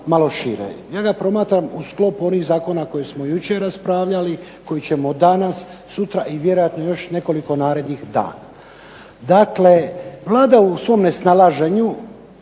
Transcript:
Ja ga promatram u sklopu onih zakona koje smo jučer raspravljali, koje ćemo danas, sutra i vjerojatno još nekoliko narednih dana. Dakle, Vlada u svom nesnalaženju